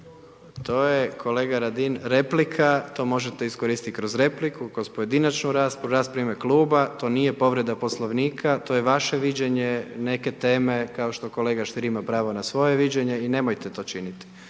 To je kolega Radin, replika, to možete iskoristiti kroz repliku, kroz pojedinačnu raspravu, raspravu u ime kluba, to nije povreda Poslovnika, to je vaše viđenje neke teme kao što kolega Stier ima pravo na svoje viđenje i nemojte to činiti.